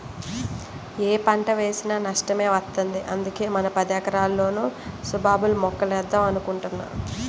యే పంట వేసినా నష్టమే వత్తంది, అందుకే మన పదెకరాల్లోనూ సుబాబుల్ మొక్కలేద్దాం అనుకుంటున్నా